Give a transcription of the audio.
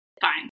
Fine